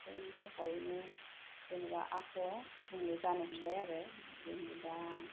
बिदिनो जाबाय जेनेबा आबहावाया जानो हमबाय आरो जेनेबा